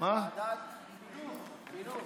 לוועדת החינוך.